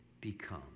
become